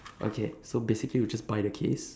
okay so basically we just buy the case